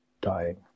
dying